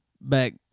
back